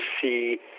see